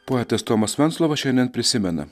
poetas tomas venclova šiandien prisimena